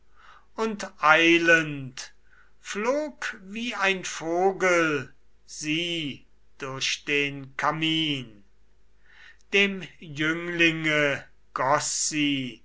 und eilend flog wie ein vogel sie durch den kamin dem jünglinge goß sie